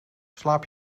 slaap